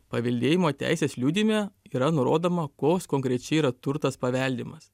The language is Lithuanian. paveldėjimo teisės liudijime yra nurodoma koks konkrečiai yra turtas paveldimas